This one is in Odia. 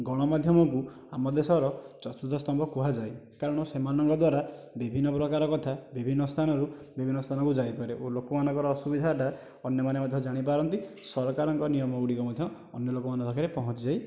ଗଣମାଧ୍ୟମକୁ ଆମ ଦେଶର ଚତୁର୍ଥ ସ୍ତମ୍ଭ କୁହାଯାଏ କାରଣ ସେମାନଙ୍କ ଦ୍ୱାରା ବିଭିନ୍ନ ପ୍ରକାର କଥା ବିଭିନ୍ନ ସ୍ଥାନରୁ ବିଭିନ୍ନ ସ୍ଥାନକୁ ଯାଇପାରେ ଓ ଲୋକମାନଙ୍କର ଅସୁବିଧାଟା ଅନ୍ୟମାନେ ମଧ୍ୟ ଜାଣିପାରନ୍ତି ସରକାରଙ୍କ ନିୟମଗୁଡ଼ିକ ମଧ୍ୟ ଅନ୍ୟଲୋକମାନଙ୍କ ପାଖରେ ପହଞ୍ଚିଯାଇ